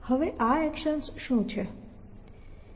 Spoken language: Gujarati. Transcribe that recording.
હવે આ એક્શન્સ શું છે